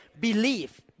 Believe